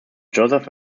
joseph